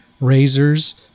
razors